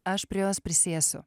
aš prie jos prisėsiu